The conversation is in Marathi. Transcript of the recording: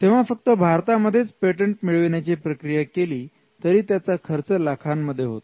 तेव्हा फक्त भारतामध्येच पेटंट मिळविण्याची प्रक्रिया केली तरी त्याचा खर्च लाखांमध्ये होतो